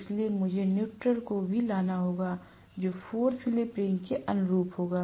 इसलिए मुझे न्यूट्रॅल को भी लाना होगा जो 4 स्लिप रिंग के अनुरूप होगा